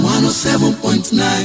107.9